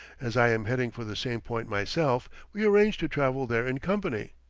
as i am heading for the same point myself, we arrange to travel there in company.